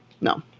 No